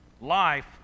life